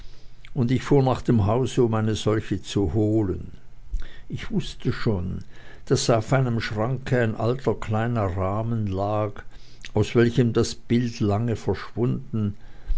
und ich fuhr nach dem hause um eine solche zu holen ich wußte schon daß auf einem schranke ein alter kleiner rahmen lag aus welchem das bild lange verschwunden